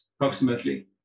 approximately